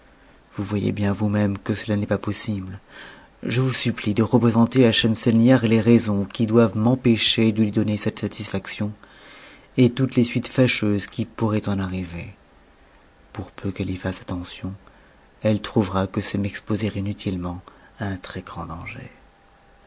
vous voyez bien vous-même que cela n'est pas possible je vous supplie de représenter à schemseinihar les raisons qui doivent m'empêcher de lui donner cette satisfaction et toutes les suites fâcheuses qui pourraient en arriver pour peu qu'elle y fasse attention elle trouvera que c'est m'exposer inutilement à un très-grand danger